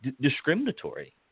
discriminatory